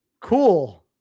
cool